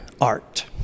art